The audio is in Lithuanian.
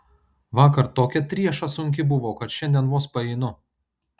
vakar tokia trieša sunki buvo kad šiandien vos paeinu